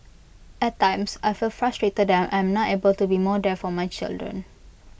at times I feel frustrated that I am not able to be more there for my children